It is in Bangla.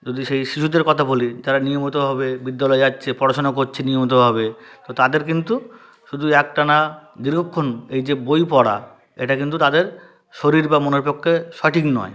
যদি সেই শিশুদের কতা বলি যারা নিয়মিতভাবে বিদ্যালয় যাচ্ছে পড়াশোনা করছে নিয়মিতভাবে তো তাদের কিন্তু শুধু একটানা দীর্ঘক্ষণ এই যে বই পড়া এটা কিন্তু তাদের শরীর বা মনের পক্ষে সঠিক নয়